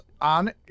on